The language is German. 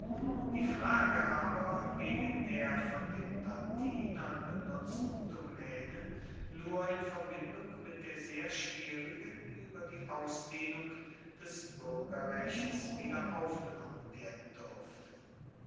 die frage aber wegen der von den latinern benutzten domänen nur in verbindung mit der sehr schwierigen über die ausdehnung des bürgerrechts wiederaufgenommen werden durfte